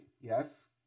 Yes